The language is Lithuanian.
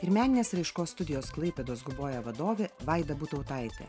ir meninės raiškos studijos klaipėdos guboja vadovė vaida butautaitė